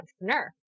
entrepreneur